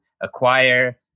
acquire